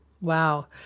Wow